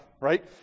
Right